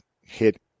hit